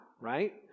right